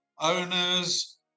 owners